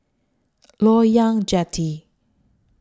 Loyang Jetty